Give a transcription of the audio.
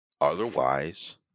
Otherwise